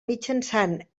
mitjançant